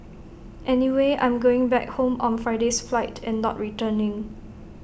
anyway I'm going back home on Friday's flight and not returning